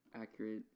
accurate